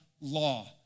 law